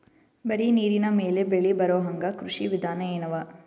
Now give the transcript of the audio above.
ಬರೀ ನೀರಿನ ಮೇಲೆ ಬೆಳಿ ಬರೊಹಂಗ ಕೃಷಿ ವಿಧಾನ ಎನವ?